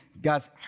guys